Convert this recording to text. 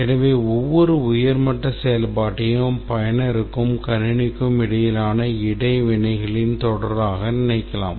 எனவே ஒவ்வொரு உயர் மட்ட செயல்பாட்டையும் பயனருக்கும் கணினிக்கும் இடையிலான இடைவினைகளின் தொடராக நினைக்கலாம்